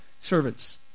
servants